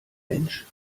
mensch